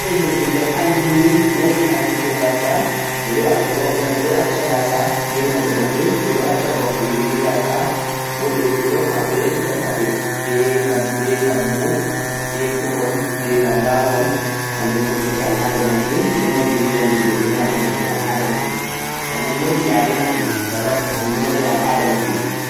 al'aada himɓe hapan ni woodi accugo ga'sa ɓe ɗo acca worɓe maɓɓe ɓe ɗo acca be roɓe maɓɓe ɓe ɗo acca bakkule be ga'sa bo ba ɓe ɗo ekkita kaɓe be labbo be krol be laga'wal hannjum on bite al'aada maɓɓe ɓe mari be nyaamndu jee ɓe nyaamata jee al'aada maɓɓe 'sannan' woodi yare maɓɓe daban hannjum ma jee al'aada maɓɓe.